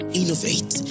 innovate